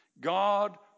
God